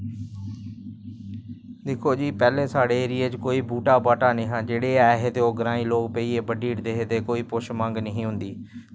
दिक्खो जी पैह्ले साढ़े एरिये च कोई बूह्टा बाह्टा नेईं हा जेह्ड़ा है हे ते ओह् ग्राईं लोग पेइयै ब'ड्ढी ओड़दे हे ते कोई पुच्छ मंग नेईं ही होंदी